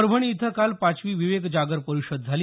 परभणी इथं काल पाचवी विवेक जागर परिषद झाली